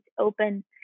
open